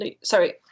sorry